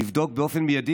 לבדוק באופן מיידי,